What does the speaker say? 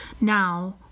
now